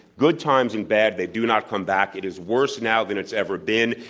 good times and bad, they do not come back. it is worse now than it's ever been.